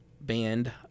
band